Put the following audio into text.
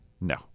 No